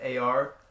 AR